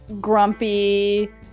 grumpy